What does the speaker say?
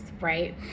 right